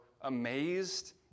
amazed